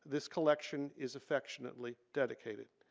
this collection is affectionately dedicated.